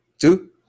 Two